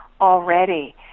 already